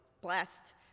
blessed